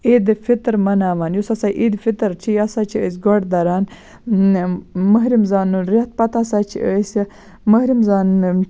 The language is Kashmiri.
عیٖدِ فِطر مناوان یُس ہسا عیٖدِ فِطر چھِ یہِ ہسا چھِ أسۍ گۄڈٕ دَران ماہِ رمضانُہ رٮ۪تھ پَتہٕ ہسا چھِ أسۍ ماہِ رمضان